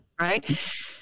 right